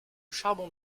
charbon